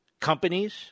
companies